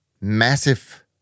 massive